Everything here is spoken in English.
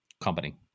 company